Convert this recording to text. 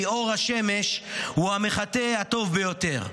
כי אור השמש הוא המחטא הטוב ביותר.